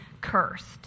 cursed